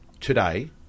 today